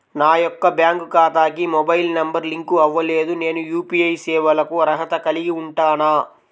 నా యొక్క బ్యాంక్ ఖాతాకి మొబైల్ నంబర్ లింక్ అవ్వలేదు నేను యూ.పీ.ఐ సేవలకు అర్హత కలిగి ఉంటానా?